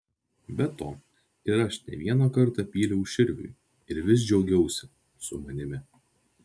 be to ir aš ne vieną kartą pyliau širviui ir vis džiaugiausi su manimi